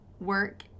work